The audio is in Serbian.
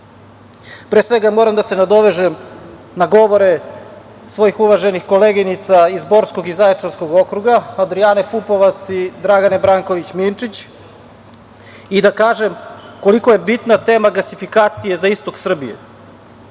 pre svega moram da se nadovežem na govore svojih uvaženih koleginica iz Borskog i Zaječarskog okruga, Adrijane Pupovac i Dragane Branković Minčić, i da kažem koliko je bitna tema gasifikacija za Istok Srbije. Na